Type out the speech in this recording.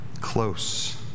close